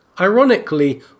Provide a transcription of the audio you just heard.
Ironically